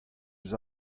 eus